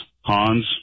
Hans